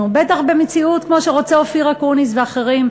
במציאות כמו שרוצים אופיר אקוניס ואחרים,